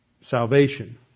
salvation